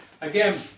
Again